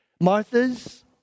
Martha's